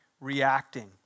reacting